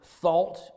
thought